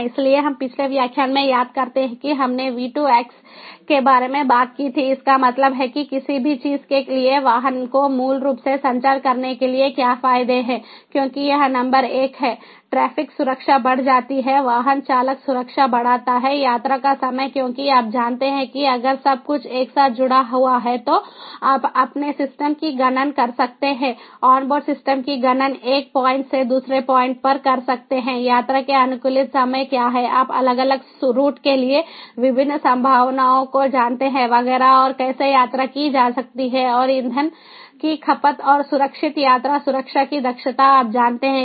इसलिए हम पिछले व्याख्यान में याद करते हैं कि हमने वी 2 एक्स के बारे में बात की थी इसका मतलब है कि किसी भी चीज के लिए वाहन को मूल रूप से संचार करने के लिए क्या फायदे हैं क्योंकि यह नंबर एक है ट्रैफिक सुरक्षा बढ़ जाती है वाहन चालक सुरक्षा बढ़ाता है यात्रा का समय क्योंकि आप जानते हैं कि अगर सब कुछ एक साथ जुड़ा हुआ है तो आप अपने सिस्टम की गणना कर सकते हैं ऑनबोर्ड सिस्टम की गणना 1 पॉइंट से दूसरे पॉइंट पर कर सकते हैं यात्रा के अनुकूलित समय क्या हैं आप अलग अलग रूट के लिए विभिन्न संभावनाओं को जानते हैं वगैरह और कैसे यात्रा की जा सकती है और ईंधन की खपत और सुरक्षित यात्रा सुरक्षा की दक्षता आप जानते हैं